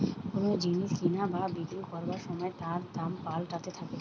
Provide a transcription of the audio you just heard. কোন জিনিস কিনা বা বিক্রি করবার সময় তার দাম পাল্টাতে থাকে